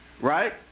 Right